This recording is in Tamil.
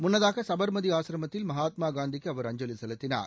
முன்னதாக சபர்மதி ஆசிரமத்தில் மகாத்மா காந்திக்கு அவர் அஞ்சலி செலுத்தினார்